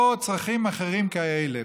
או צרכים אחרים כאלה,